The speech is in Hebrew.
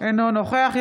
אינו נוכח מאיר כהן,